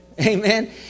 Amen